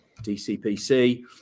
DCPC